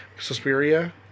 Suspiria